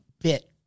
bit